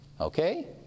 Okay